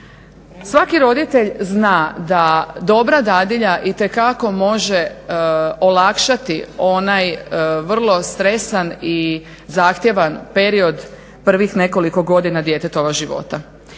Svaki roditelj zna da dobra dadilja itekako može olakšati onaj vrlo stresan i zahtjevan period prvih nekoliko godina djetetova života.